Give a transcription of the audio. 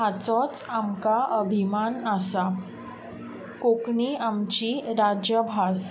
हाचोच आमकां अभिमान आसा कोंकणी आमची राज्यभास